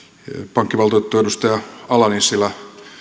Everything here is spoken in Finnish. pankkivaltuutettu edustaja ala nissilä